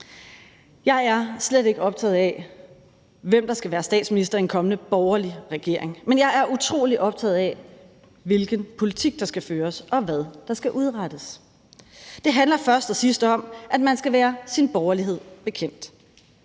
Jeg er slet ikke optaget af, hvem der skal være statsminister i en kommende borgerlig regering, men jeg er utrolig optaget af, hvilken politik der skal føres, og hvad der skal udrettes. Det handler først og sidst om, at man skal være sin borgerlighed bekendt.